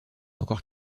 encore